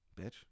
Bitch